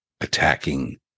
attacking